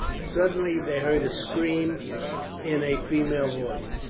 suddenly they heard a scream in a female voice.